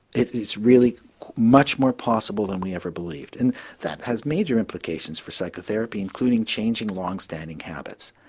it is really much more possible than we ever believed. and that has major implications for psychotherapy including changing longstanding habits.